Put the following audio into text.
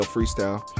Freestyle